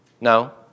No